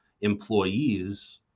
employees